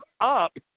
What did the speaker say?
up